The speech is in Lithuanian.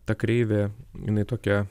ta kreivė jinai tokia